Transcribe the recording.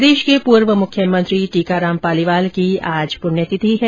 प्रदेश के पूर्व मुख्यमंत्री टीकाराम पालीवाल की आज पृण्यतिथि है